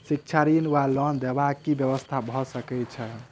शिक्षा ऋण वा लोन देबाक की व्यवस्था भऽ सकै छै?